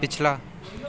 ਪਿਛਲਾ